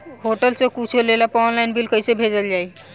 Hotel से कुच्छो लेला पर आनलाइन बिल कैसे भेजल जाइ?